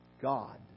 God